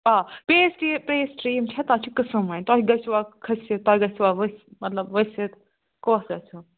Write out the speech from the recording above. آ pastry pastry یِم چھےٚ تَتھ چھِ قٕسٕم وۄنۍ تۄہہِ گژھِوا کھٔسِتھ تۄہہِ گَژھِوا ؤسۍ مطلب ؤسِتھ کۄس گژھیو